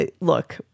Look